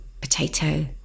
potato